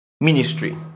ministry